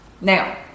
Now